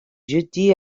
jeudi